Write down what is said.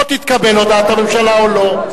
או שתתקבל הודעת הממשלה או שלא.